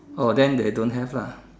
oh then I don't have lah